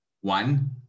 One